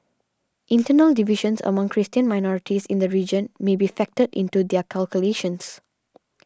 internal divisions among Christian minorities in the region may be factored into their calculations